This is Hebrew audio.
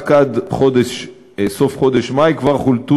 רק עד סוף חודש מאי כבר חולטו